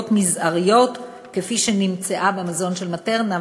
מזעריות כפי שנמצאה במזון של "מטרנה".